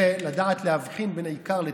זה לדעת להבחין בין עיקר לטפל.